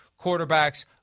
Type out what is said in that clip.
quarterbacks